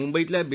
मुंबईतल्या बी